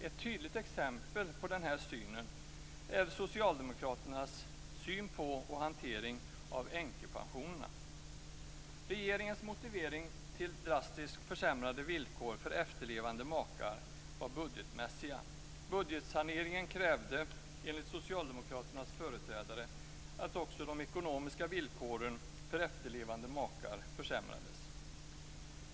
Ett tydligt exempel på den uppfattningen är socialdemokraternas syn på och hantering av änkepensionerna. Regeringens motivering till drastiskt försämrade villkor för efterlevande makar var budgetmässiga. Budgetsaneringen krävde, enligt socialdemokraternas företrädare, att också de ekonomiska villkoren för efterlevande makar försämrades.